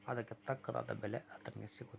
ಅದಕ್ಕೆ ತಕ್ಕನಾದ ಬೆಲೆ ಆತನಿಗೆ ಸಿಗುವುದಿಲ್ಲ